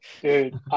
Dude